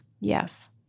Yes